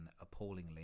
appallingly